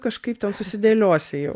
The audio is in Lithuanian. kažkaip ten susidėliosi jau